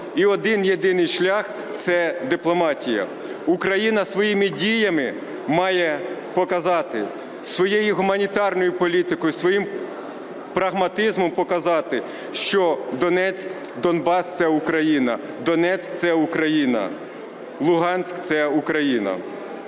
І один-єдиний шлях – це дипломатія. Україна своїми діями має показати, своєю гуманітарною політикою, своїм прагматизмом показати, що Донбас – це Україна, Донецьк – це Україна, Луганськ – це Україна.